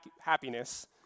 happiness